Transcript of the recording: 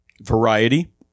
variety